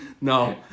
No